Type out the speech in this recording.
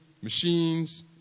machines